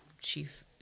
chief